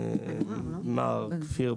אפשר להתייחס, רימונה חן ממשרד